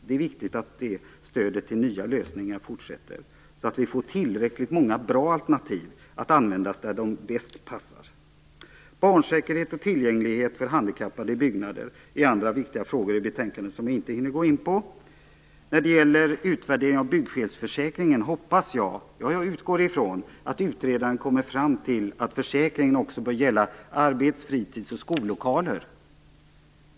Det är viktigt att det stödet till nya lösningar fortsätter, så att vi får tillräckligt många bra alternativ att användas där de passar bäst. Barnsäkerhet och tillgänglighet för handikappade i byggnader är andra viktiga frågor i betänkandet, som jag inte hinner gå in på. När det gäller utvärderingen av byggfelsförsäkringen hoppas jag - ja, jag utgår från det - att utredaren kommer fram till att försäkringen också bör gälla arbets-, fritids och skollokaler.